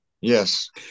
yes